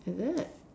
is it